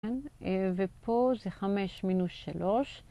ופה זה חמש מינוס שלוש.